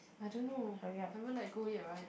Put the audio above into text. I don't know haven't let go yet right